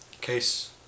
case